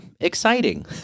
exciting